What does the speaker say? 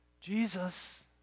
Jesus